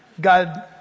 God